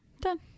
done